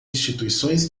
instituições